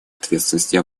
ответственности